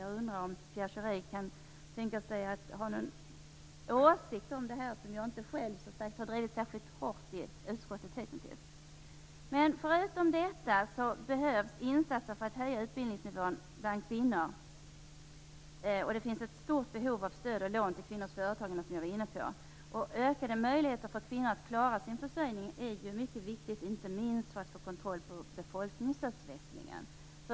Jag undrar om Pierre Schori kan tänka sig att ha någon åsikt om det här, som jag själv som sagt inte har drivit särskilt hårt i utskottet hitintills. Förutom detta behövs insatser för att höja utbildningsnivån bland kvinnor. Det finns ett stort behov av stöd och lån till kvinnors företagande. Ökade möjligheter för kvinnor att klara sin försörjning är mycket viktigt, inte minst för att få kontroll på befolkningsutvecklingen.